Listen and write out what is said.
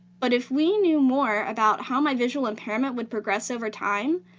but if we knew more about how my visual impairment would progress over time,